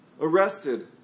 arrested